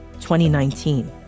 2019